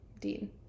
Dean